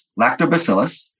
lactobacillus